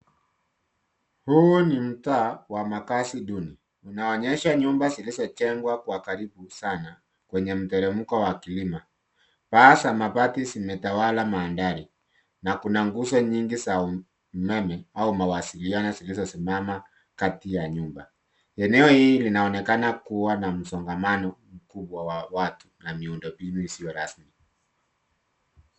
Huu ni mtaa wa makazi duni. Unaonyesha nyumba zilizojengwa kwa karibu sana kwenye mteremko wa kilima. Paa za mabati zimetawala mandhari na kuna nguzo nyingi za umeme au mawasiliano zilizosimama kati ya nyumba. Eneo hili linaonekana kuwa na msongamano mkubwa wa watu na miundombinu isiyo rasmi.